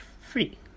free